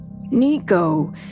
Nico